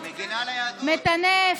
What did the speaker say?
מטנף,